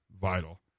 vital